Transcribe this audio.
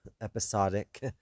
episodic